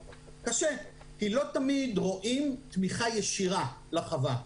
קשה, כי לא תמיד רואים תמיכה ישירה לחווה,